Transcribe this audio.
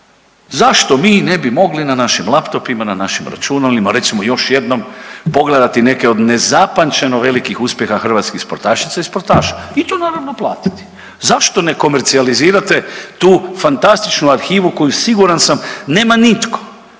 Zašto mi ne bi mogli na našim laptopima, na našim računalima recimo još jednom pogledati neke od nezapamćeno velikih uspjeha hrvatskih sportašica i sportaša i to naravno platiti? Zašto ne komercijalizirate tu fantastičnu arhivu koju siguran sam nema nitko?